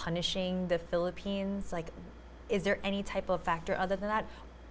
punishing the philippines like is there any type of factor other than that